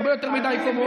הרבה יותר מדי קומות.